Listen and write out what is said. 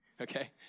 Okay